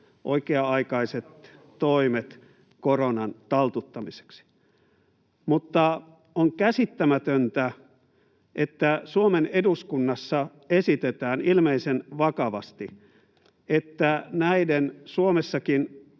oikea-aikaiset toimet koronan taltuttamiseksi, mutta on käsittämätöntä, että Suomen eduskunnassa esitetään ilmeisen vakavasti, että näiden Suomessakin